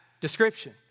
description